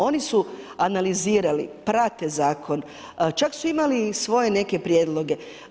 Oni su analizirali, prate zakon, čak su imali i svoje neke prijedloge.